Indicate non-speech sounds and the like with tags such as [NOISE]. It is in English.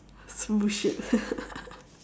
bullshit [LAUGHS]